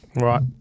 Right